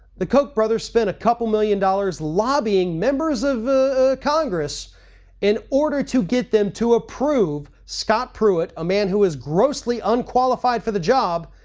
the koch brothers spent a couple million dollars lobbying members of congress in order to get them to approve scott pruitt, a man who is grossly unqualified for the job,